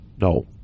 No